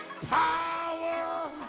Power